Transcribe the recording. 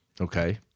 Okay